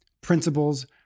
principles